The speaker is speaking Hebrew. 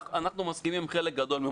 אנחנו מסכימים עם חלק גדול.